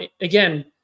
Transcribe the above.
again